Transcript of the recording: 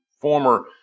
former